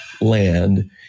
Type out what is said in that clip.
Land